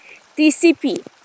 TCP